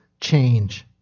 change